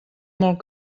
molt